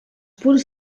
punts